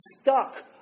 stuck